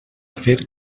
fer